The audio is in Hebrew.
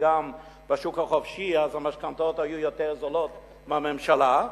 וגם בשוק החופשי המשכנתאות היו יותר זולות משל הממשלה.